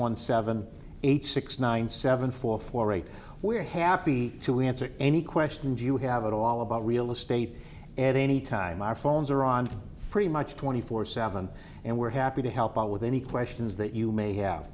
one seven eight six nine seven four four eight we're happy to answer any questions you have at all about real estate at any time our phones are on pretty much twenty four seven and we're happy to help out with any questions that you may have